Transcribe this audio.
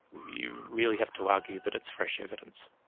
you really have to argue that it's fresh evidence,